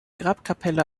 grabkapelle